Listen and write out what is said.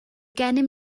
gennym